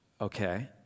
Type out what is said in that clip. Okay